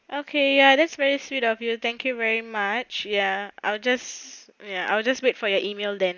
okay ya that's very sweet of you thank you very much ya I'll just ya I will just wait for your email then